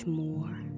more